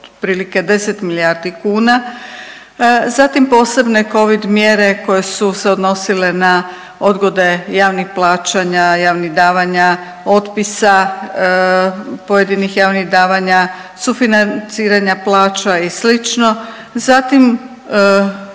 otprilike 10 milijardi kuna, zatim posebne covid mjere koje su se odnosile na odgode javnih plaćanja, javnih davanja, otpisa pojedinih javnih davanja, sufinanciranja plaća i slično, zatim